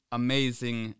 amazing